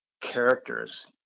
characters